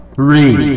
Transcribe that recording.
three